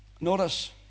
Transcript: Notice